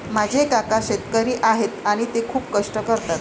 माझे काका शेतकरी आहेत आणि ते खूप कष्ट करतात